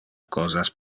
cosas